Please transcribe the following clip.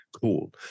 Cool